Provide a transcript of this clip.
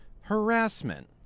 harassment